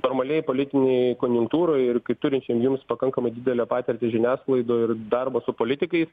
normaliai politinėj konjunktūroj ir kaip turinčiam jums pakankamai didelę patirtį žiniasklaidoj ir darbo su politikais